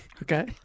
Okay